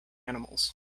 animals